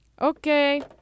Okay